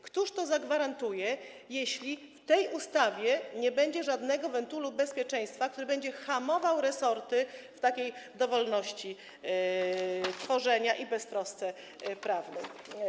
Któż to zagwarantuje, jeśli w tej ustawie nie będzie żadnego wentylu bezpieczeństwa, który będzie hamował resorty w takiej dowolności tworzenia i beztrosce prawnej?